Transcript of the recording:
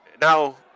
Now